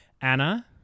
Anna